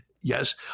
yes